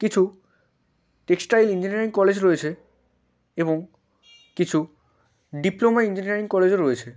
কিছু textile engineering college রয়েছে এবং কিছু ডিপ্লোমা ইঞ্জিনিয়ারিং কলেজও রয়েছে